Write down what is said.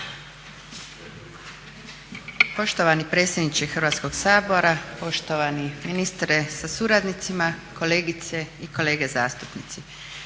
Poštovani predsjedniče Hrvatskog sabora, poštovani ministre sa suradnicima, kolegice i kolege zastupnici.